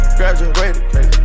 Graduated